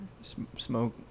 smoke